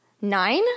nine